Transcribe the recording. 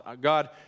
God